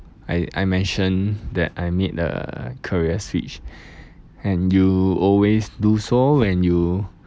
I I mention that I made a career switch and you always do so when you